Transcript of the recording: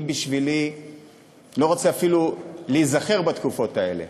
אני לא רוצה אפילו להיזכר בתקופות האלה,